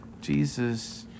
Jesus